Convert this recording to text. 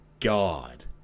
God